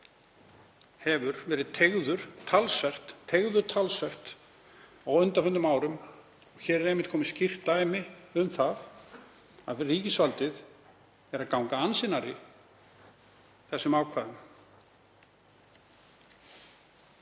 hefur verið teygður talsvert á undanförnum árum. Hér er einmitt komið skýrt dæmi um það að ríkisvaldið er að gangi ansi nærri þessum ákvæðum.